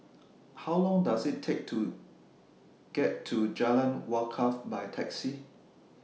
How Long Does IT Take to get to Jalan Wakaff By Taxi